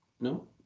No